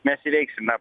mes įveiksime